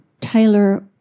Taylor